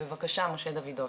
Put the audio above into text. בבקשה משה דוידוביץ'.